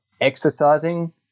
exercising